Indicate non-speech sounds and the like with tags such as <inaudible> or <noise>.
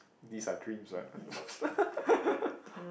these are dreams what <laughs>